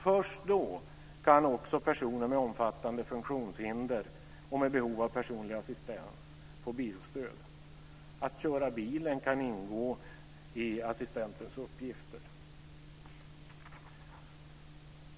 Först då kan också personer med omfattande funktionshinder och med behov av personlig assistans få bilstöd. Att köra bilen kan ingå i assistentens uppgifter.